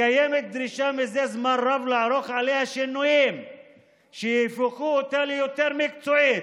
קיימת דרישה מזה זמן רב לערוך בה שינויים שיהפכו אותה ליותר מקצועית,